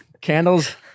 candles